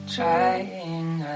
Trying